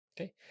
Okay